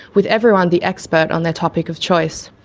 with everyone the expert on their topic of choice.